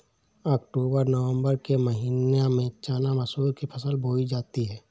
अक्टूबर नवम्बर के महीना में चना मसूर की फसल बोई जाती है?